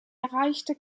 erreichte